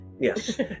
yes